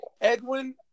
Edwin